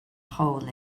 hole